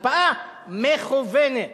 הקפאה מכוונת